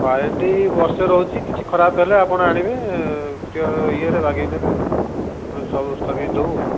warranty ବର୍ଷେ ରହୁଛି କିଛି ଖରାପ ହେଲେ ଆପଣ ଆଣିବେ ଇଏରେ ଲଗେଇ ନେବେ ଆଉ ସବୁ ସର୍ଭିସ୍ ଦେବୁ